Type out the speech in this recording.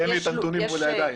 אין לי את הנתונים מול עיניי.